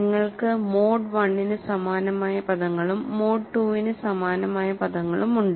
നിങ്ങൾക്ക് mode I ന് സമാനമായ പദങ്ങളും മോഡ് II ന് സമാനമായ പദങ്ങളും ഉണ്ട്